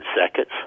seconds